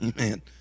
Amen